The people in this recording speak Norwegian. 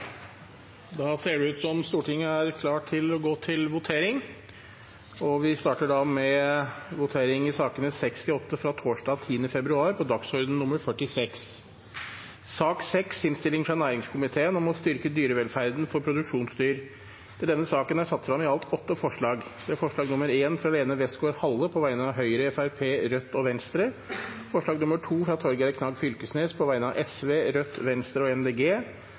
Da ser det ut som Stortinget er klar til å gå til votering. Vi starter med votering i sakene nr. 6–8 fra torsdag 10. februar, dagsorden nr. 46. Under debatten er det satt fram i alt åtte forslag. Det er forslag nr. 1, fra Lene Westgaard-Halle på vegne av Høyre, Fremskrittspartiet, Rødt og Venstre forslag nr. 2, fra Torgeir Knag Fylkesnes på vegne av Sosialistisk Venstreparti, Rødt, Venstre og